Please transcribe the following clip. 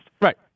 Right